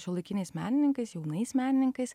šiuolaikiniais menininkais jaunais menininkais